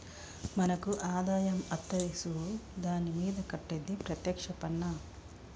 మనకు ఆదాయం అత్తది సూడు దాని మీద కట్టేది ప్రత్యేక్ష పన్నా